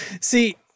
See